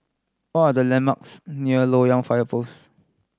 what are the landmarks near Loyang Fire Post